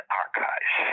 archives